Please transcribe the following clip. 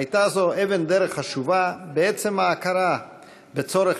הייתה זו אבן דרך חשובה בעצם ההכרה בצורך